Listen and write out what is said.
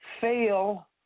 fail